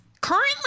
currently